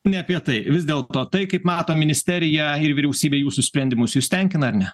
ne apie tai vis dėlto tai kaip mato ministerija ir vyriausybė jūsų sprendimus jus tenkina ar ne